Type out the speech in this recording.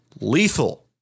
Lethal